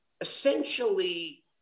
essentially